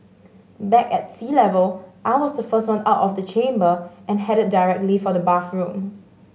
back at sea level I was the first one out of the chamber and headed directly for the bathroom